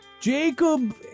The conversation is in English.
Jacob